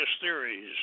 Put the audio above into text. theories